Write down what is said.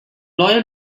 lawyer